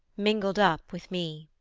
mingled up with me.